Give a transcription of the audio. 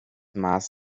maß